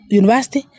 university